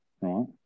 right